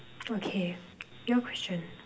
okay your question